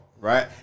right